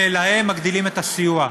ולהם מגדילים את הסיוע.